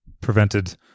prevented